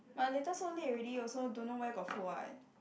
but later so late already also don't know where got food [what]